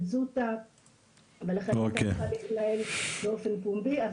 זוטא ולכן היא צריכה להתנהל באופן פומבי,